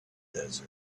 desert